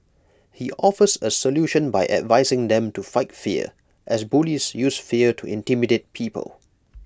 he offers A solution by advising them to fight fear as bullies use fear to intimidate people